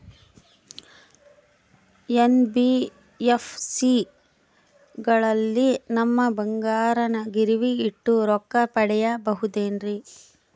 NBFC ಗಳಲ್ಲಿ ನಮ್ಮ ಬಂಗಾರನ ಗಿರಿವಿ ಇಟ್ಟು ರೊಕ್ಕ ಪಡೆಯಬಹುದೇನ್ರಿ?